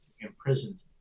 imprisoned